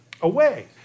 away